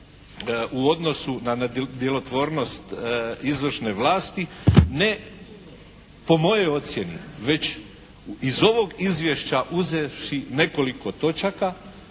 u odnosu na djelotvornost izvršne vlasti ne po mojoj ocjeni već iz ovog izvješća uzevši nekoliko točaka